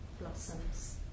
blossoms